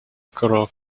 color